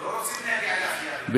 אנחנו לא רוצים להגיע לאפייה, אדוני.